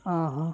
ହଁ ହଁ